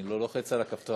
אני לא לוחץ על הכפתור.